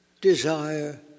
Desire